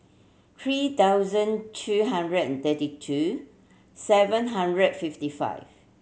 three thousand two hundred and thirty two seven hundred and fifty five